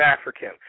African